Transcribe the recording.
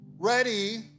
ready